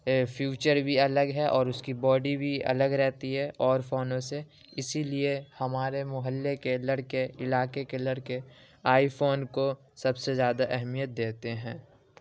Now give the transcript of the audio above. future بھی الگ ہے اور اس کی باڈی بھی الگ رہتی ہے اور فونوں سے اسی لیے ہمارے محلے کے لڑکے علاقے کے لڑکے آئی فون کو سب سے زیادہ اہمیت دیتے ہیں